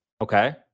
Okay